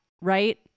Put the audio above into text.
right